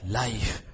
life